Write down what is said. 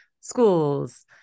schools